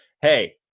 Hey